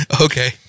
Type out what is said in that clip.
okay